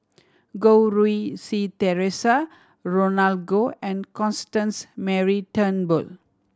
Goh Rui Si Theresa Roland Goh and Constance Mary Turnbull